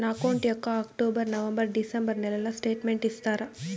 నా అకౌంట్ యొక్క October, November, December నెలల స్టేట్మెంట్ ఇస్తారా?